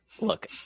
look